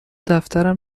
دفترم